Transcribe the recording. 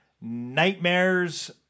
Nightmares